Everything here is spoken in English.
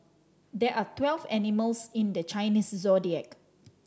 there are twelve animals in the Chinese Zodiac